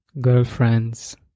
girlfriends